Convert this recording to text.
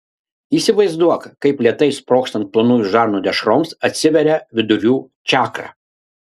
įsivaizduok kaip lėtai sprogstant plonųjų žarnų dešroms atsiveria vidurių čakra